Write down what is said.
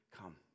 come